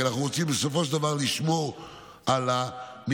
כי אנחנו רוצים בסופו של דבר לשמור על המרקם,